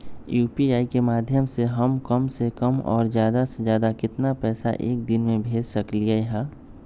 UPI के माध्यम से हम कम से कम और ज्यादा से ज्यादा केतना पैसा एक दिन में भेज सकलियै ह?